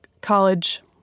college